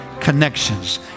connections